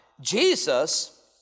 Jesus